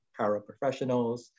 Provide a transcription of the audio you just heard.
paraprofessionals